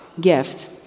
gift